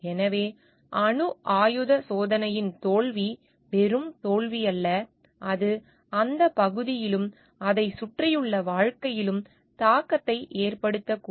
எனவே அணு ஆயுதச் சோதனையின் தோல்வி வெறும் தோல்வியல்ல அது அந்தப் பகுதியிலும் அதைச் சுற்றியுள்ள வாழ்க்கையிலும் தாக்கத்தை ஏற்படுத்தக்கூடும்